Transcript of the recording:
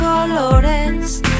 colores